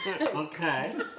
Okay